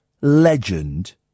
legend